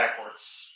backwards